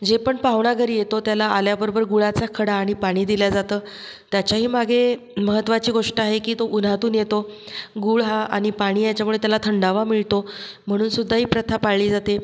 जे पण पाहुणा घरी येतो त्याला आल्याबरोबर गुळाचा खडा आणि पाणी दिला जातं त्याच्याही मागे महत्त्वाची गोष्ट आहे की तो उन्हातून येतो गूळ हा आणि पाणी याच्यामुळे त्याला थंडावा मिळतो म्हणूनसुद्धा ही प्रथा पाळली जाते